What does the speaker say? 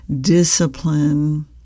discipline